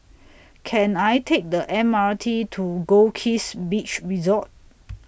Can I Take The M R T to Goldkist Beach Resort